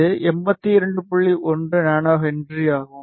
1 nH ஆகும்